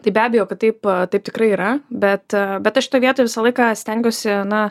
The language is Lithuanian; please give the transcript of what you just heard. tai be abejo kad taip taip tikrai yra bet bet aš šitoj vietoj visą laiką stengiuosi na